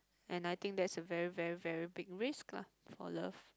and I think that's a very very very big risk lah for love